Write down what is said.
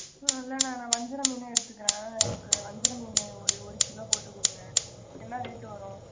இல்லைண்ண நான் வஞ்சிர மீனே எடுத்துக்கிறேன் எனக்கு வஞ்சிர மீன் ஒரு ஒரு கிலோ போட்டுக் கொடுங்க என்ன ரேட்டு வரும்